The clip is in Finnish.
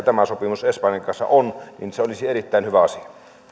tämä sopimus espanjan kanssa on niin se olisi erittäin